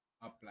apply